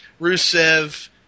Rusev